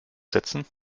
setzen